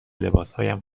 لباسهایم